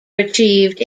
achieved